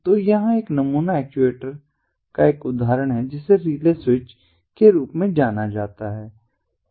तो यहां एक नमूना एक्चुएटर का एक उदाहरण है जिसे रिले स्विच के रूप में जाना जाता है